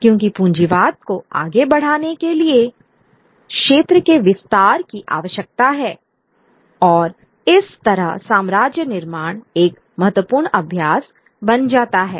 क्योंकि पूँजीवाद को आगे बढ़ाने के लिए क्षेत्र के विस्तार की आवश्यकता हैऔर इस तरह साम्राज्य निर्माण एक महत्वपूर्ण अभ्यास बन जाता है